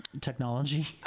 technology